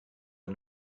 are